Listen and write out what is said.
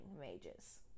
mages